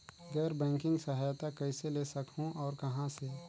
गैर बैंकिंग सहायता कइसे ले सकहुं और कहाँ से?